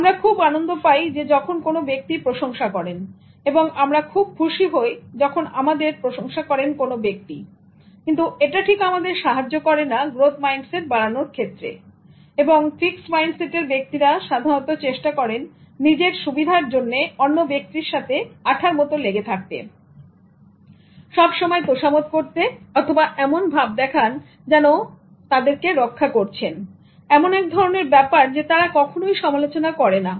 আমরা খুব আনন্দ পাই যখন কোন ব্যক্তি প্রশংসা করেন এবং আমরা খুব খুশি হই যখন আমাদের প্রশংসা করেন কোন ব্যক্তি কিন্তু এটা ঠিক আমাদের সাহায্য করে না গ্রোথ মাইন্ডসেট বাড়ানোর ক্ষেত্রে এবং ফিক্সড মাইন্ডসেট এর ব্যক্তিরা সাধারণত চেষ্টা করে নিজের সুবিধার জন্য অন্য ব্যক্তির সাথে আঠার মত লেগে থাকতে সবসময় তোষামোদ করতে অথবা এমন ভাব দেখান যেন তাদেরকে রক্ষা করছেন এমন এক ধরনের ব্যাপার যে তারা কখনোই সমালোচনা করে না